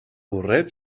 burret